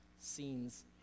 scenes